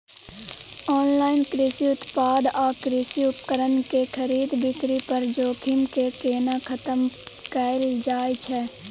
Online कृषि उत्पाद आ कृषि उपकरण के खरीद बिक्री पर जोखिम के केना खतम कैल जाए छै?